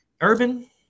urban